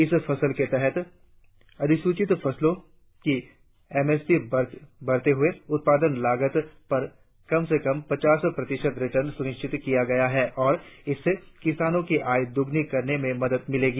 इस पहल के तहत अधिसूचित फसलों की एम एस पी बढ़ते हुए उत्पादन लागत पर कम से कम पचास प्रतिशत रिटर्न सुनिश्चित किया गया है और इससे किसानों की आयु दोगुनी करने में मदद मिलेगी